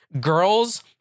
Girls